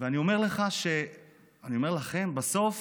ואני אומר לך, לכם: בסוף